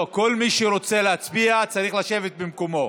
לא, כל מי שרוצה להצביע צריך לשבת במקומו,